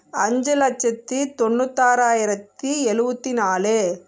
அஞ்சு லட்சத்தி தொண்ணூத்தாறாயிரத்தி எழுபத்தி நாலு